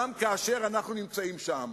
גם כאשר אנחנו נמצאים שם.